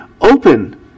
open